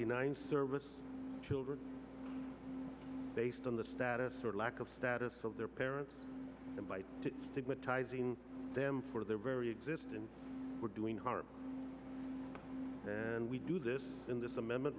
nine service children based on the status or lack of status of their parents stigmatizing them for their very existence we're doing harm and we do this in this amendment